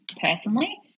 personally